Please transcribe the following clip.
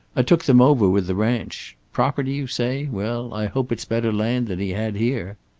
i took them over with the ranch. property, you say? well, i hope it's better land than he had here.